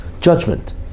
judgment